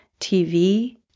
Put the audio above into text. TV